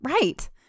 right